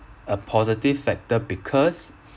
a positive factor because